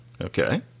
okay